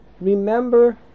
remember